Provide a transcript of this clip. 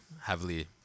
heavily